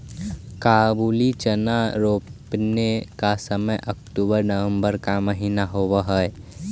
काबुली चना रोपने का समय अक्टूबर नवंबर का महीना होवअ हई